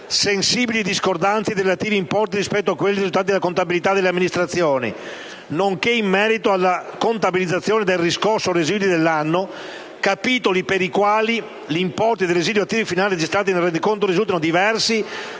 sensibili discordanze dei relativi importi rispetto a quelli risultanti nelle contabilità delle amministrazioni, nonché, in merito alla contabilizzazione nel «riscosso residui» dell'anno, capitoli per i quali gli importi dei residui attivi finali registrati nel rendiconto risultano diversi